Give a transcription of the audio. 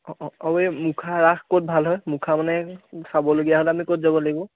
অঁ অঁ আৰু এই মুখা ৰাস ক'ত ভাল হয় মুখা মানে চাবলগীয়া হ'লে মানে আমি ক'ত যাব লাগিব